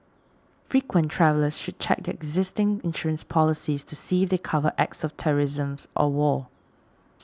frequent travellers should check their existing insurance policies to see if they cover acts of terrorisms or war